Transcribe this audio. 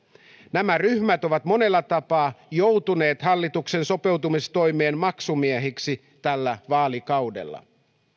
nämä ryhmät ovat monella tapaa joutuneet hallituksen sopeutustoimien maksumiehiksi tällä vaalikaudella